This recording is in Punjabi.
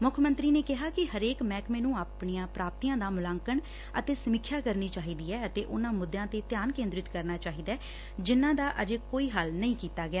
ਮੱਖ ਮੰਤਰੀ ਨੇ ਕਿਹਾ ਕਿ ਹਰੇਕ ਮਹਿਕਮੇ ਨੂੰ ਆਪਣੀਆਂ ਪ੍ਰਾਪਤੀਆਂ ਦਾ ਮੁਲਾਂਕਣ ਅਤੇ ਸਮੀਖਿਆ ਕਰਨੀ ਚਾਹੀਦੀ ਐ ਅਤੇ ਉਨ੍ਨਾਂ ਮੁੱਦਿਆਂ ਤੇ ਧਿਆਨ ਕੇ ਂਦਰਿਤ ਕਰਨਾ ਚਾਹੀਦੈ ਜਿਨ੍ਨਾਂ ਦਾ ਅਜੇ ਕੋਈ ਹੱਲ ਨਹੀਂ ਕੀਤਾ ਗਿਆ